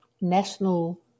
national